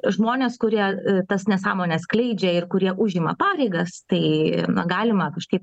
žmonės kurie tas nesąmones skleidžia ir kurie užima pareigas tai galima kažkaip